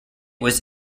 was